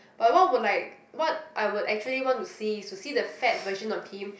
but what would like what I would actually want to see is to see the fat version of him